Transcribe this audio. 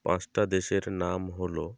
পাঁচটা দেশের নাম হল